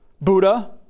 Buddha